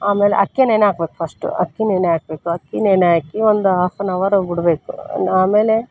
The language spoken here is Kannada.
ಆಮೇಲೆ ಅಕ್ಕಿ ನೆನೆ ಹಾಕ್ಬೇಕ್ ಫಸ್ಟು ಅಕ್ಕಿ ನೆನೆ ಹಾಕ್ಬೇಕು ಅಕ್ಕಿ ನೆನೆ ಹಾಕಿ ಒಂದು ಆಫ್ ಆ್ಯನ್ ಅವರು ಬಿಡಬೇಕು ಆಮೇಲೆ